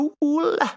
cool